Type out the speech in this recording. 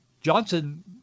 Johnson